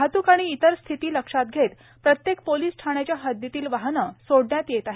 वाहतूक आणि इतर स्थिति लक्षात घेत प्रत्येक पोलीस ठाण्याच्या हद्दीतील वाहने सोडण्यात येत आहेत